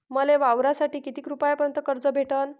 मले वावरासाठी किती रुपयापर्यंत कर्ज भेटन?